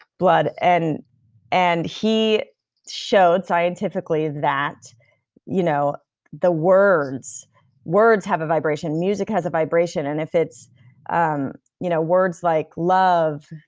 blood, and and he showed scientifically that you know words words have a vibration, music has a vibration, and if it's um you know words like love,